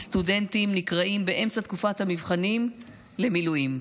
סטודנטים נקראים באמצע תקופת המבחנים למילואים.